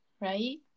right